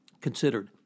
considered